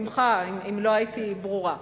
בשמחה, אם לא הייתי ברורה.